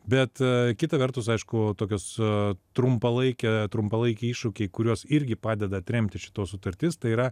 bet kita vertus aišku tokios trumpalaike trumpalaikiai iššūkiai kuriuos irgi padeda atremti šita sutartis tai yra